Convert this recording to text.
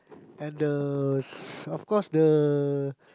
and the of course the